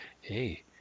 Hey